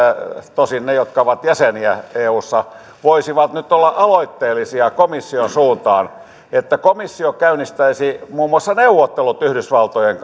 ne jotka ovat jäseniä eussa voisivat nyt olla aloitteellisia komission suuntaan että komissio käynnistäisi muun muassa neuvottelut yhdysvaltojen